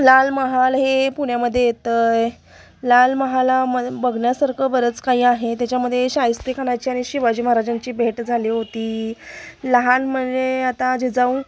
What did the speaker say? लाल महाल हे पुण्यामध्ये येतं आहे लाल महालाम बघन्यासारखं बरंच काही आहे त्याच्यामध्ये शाहिस्ते खानाची आणि शिवाजी महाराजांची भेट झाली होती लहान म्हणजे आता जे जाऊन